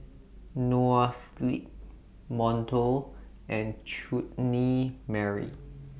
Noa Sleep Monto and Chutney Mary